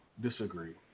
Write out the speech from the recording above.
disagree